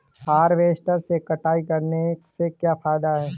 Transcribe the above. Harvester से कटाई करने से क्या फायदा है?